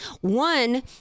One